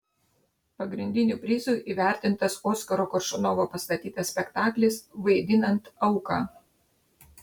pagrindiniu prizu įvertintas oskaro koršunovo pastatytas spektaklis vaidinant auką